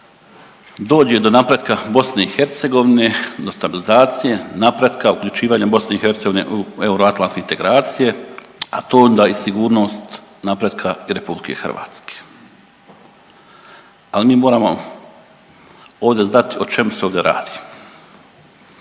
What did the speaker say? dođe do napretka BiH do stabilizacije, napretka, uključivanja BiH u euroatlanske integracije, a to onda i sigurnost napretka i RH. Ali mi moramo ovde znati i čemu se ovdje radi.